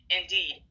Indeed